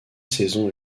saison